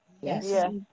Yes